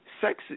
sex